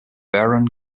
barron